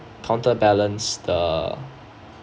counterbalance the